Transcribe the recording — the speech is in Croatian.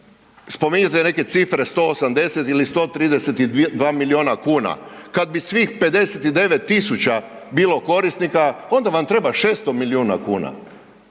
spominjete neke cifre 180 ili 132 milijuna kuna, kad bih svih 59 000 bilo korisnika onda vam treba 600 milijuna kuna.